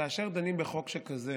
שכאשר דנים בחוק שכזה,